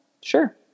Sure